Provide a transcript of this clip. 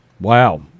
Wow